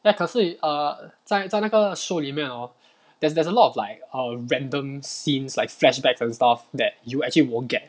eh 可是 err 在在那个 show 里面 hor there's there's a lot of like err random scenes like flashbacks and stuff that you actually won't get